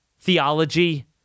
theology